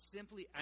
Simply